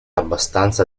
abbastanza